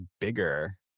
bigger